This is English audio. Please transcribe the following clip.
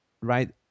right